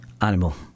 animal